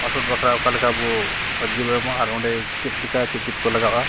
passport ᱵᱟᱠᱷᱨᱟ ᱚᱠᱟ ᱞᱮᱠᱟ ᱵᱚ ᱟᱹᱨᱡᱤ ᱵᱚ ᱮᱢᱚᱜᱼᱟ ᱟᱨ ᱚᱸᱰᱮ ᱪᱮᱫ ᱞᱮᱠᱟ ᱪᱮᱫ ᱪᱮᱫ ᱠᱚ ᱞᱟᱜᱟᱜᱼᱟ